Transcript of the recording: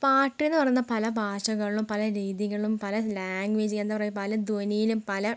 പാട്ടെന്നു പറയുന്നത് പല ഭാഷകളും പല രീതികളും പല ലാംഗ്വേജ് എന്നാ പറയ്യാ പല ധ്വനീലും പല